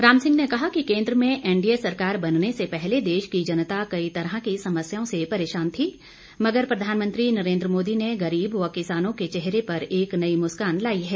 राम सिंह ने कहा कि केंद्र में एनडीए सरकार बनने से पहले देश की जनता कई तरह की समस्याओं से परेशान थी मगर प्रधानमंत्री नरेन्द्र मोदी ने गरीब व किसानों के चेहरे पर एक नई मुस्कान लाई है